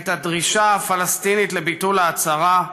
את הדרישה הפלסטינית לביטול ההצהרה,